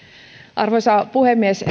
arvoisa puhemies